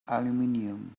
aluminium